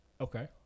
Okay